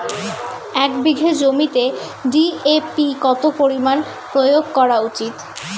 এক বিঘে জমিতে ডি.এ.পি কত পরিমাণ প্রয়োগ করা উচিৎ?